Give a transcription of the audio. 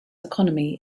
economy